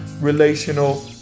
relational